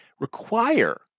require